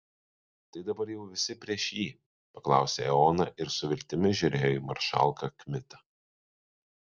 tai dabar jau visi prieš jį paklausė eoną ir su viltimi žiūrėjo į maršalką kmitą